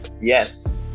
Yes